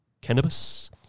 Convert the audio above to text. cannabis